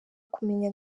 kumenya